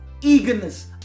eagerness